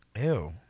Ew